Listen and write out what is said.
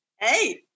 Hey